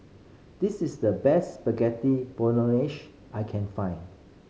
this is the best I can find